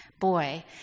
boy